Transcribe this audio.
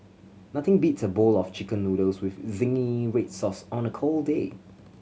nothing beats a bowl of Chicken Noodles with zingy red sauce on a cold day